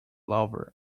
lover